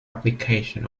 application